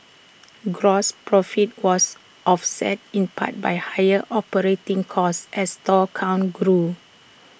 gross profit was offset in part by higher operating costs as store count grew